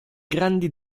grandi